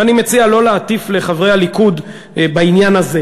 ואני מציע לא להטיף לחברי הליכוד בעניין הזה.